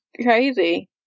crazy